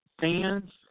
fans